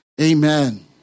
Amen